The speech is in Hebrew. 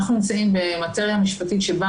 אנחנו נמצאים במטריה משפטית שבה